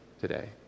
today